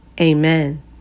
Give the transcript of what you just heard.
Amen